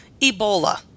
Ebola